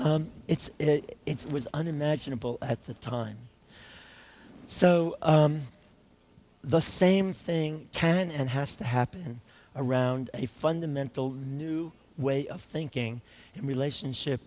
it's it was unimaginable at the time so the same thing can and has to happen around a fundamental new way of thinking in relationship